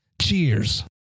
Cheers